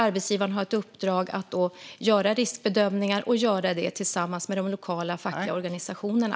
Arbetsgivaren har ett uppdrag att göra riskbedömningar tillsammans med de lokala fackliga organisationerna.